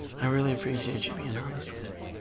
i really appreciate you being honest with me.